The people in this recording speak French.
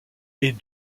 est